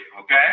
okay